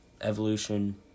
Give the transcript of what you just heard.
Evolution